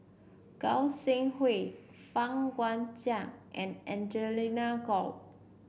Goi Seng Hui Fang Guixiang and Angelina Choy